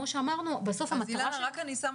אילנה, יש הרבה